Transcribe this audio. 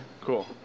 cool